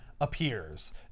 appears